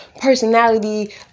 personality